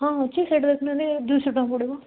ହଁ ଅଛି ସେଇଟା ଦେଖୁନାହାଁନ୍ତି ଦୁଇଶହ ଟଙ୍କା ପଡ଼ିବ